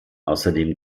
außerdem